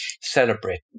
celebrate